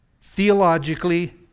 Theologically